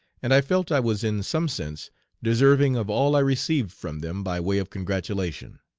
and i felt i was in some sense deserving of all i received from them by way of congratulation.